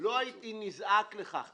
לא הייתי נזעק לכך.